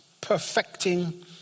Perfecting